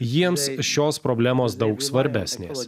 jiems šios problemos daug svarbesnės